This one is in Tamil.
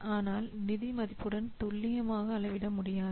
ஆனால் நிதி மதிப்புடன் துல்லியமாக அளவிட முடியாது